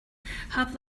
have